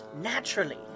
naturally